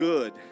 Good